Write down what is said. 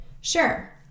sure